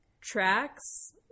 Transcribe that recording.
tracks